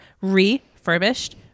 refurbished